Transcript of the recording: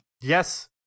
Yes